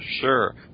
sure